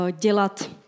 dělat